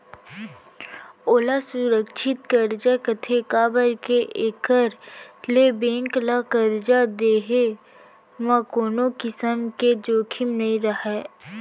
ओला सुरक्छित करजा कथें काबर के एकर ले बेंक ल करजा देहे म कोनों किसम के जोखिम नइ रहय